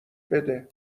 بده